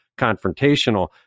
confrontational